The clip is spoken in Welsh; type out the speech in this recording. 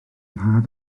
nhad